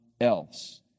else